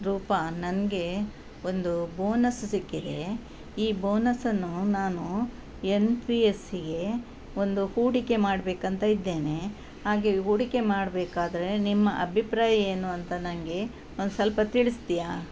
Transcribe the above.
ರೂಪಾ ನನಗೆ ಒಂದು ಬೋನಸ್ ಸಿಕ್ಕಿದೆ ಈ ಬೋನಸ್ಸನ್ನು ನಾನು ಎನ್ ಪಿ ಎಸ್ಸಿಗೆ ಒಂದು ಹೂಡಿಕೆ ಮಾಡಬೇಕಂತ ಇದ್ದೇನೆ ಹಾಗೆ ಹೂಡಿಕೆ ಮಾಡಬೇಕಾದ್ರೆ ನಿಮ್ಮ ಅಭಿಪ್ರಾಯ ಏನು ಅಂತ ನನಗೆ ಒಂದು ಸ್ವಲ್ಪ ತಿಳಿಸ್ತೀಯಾ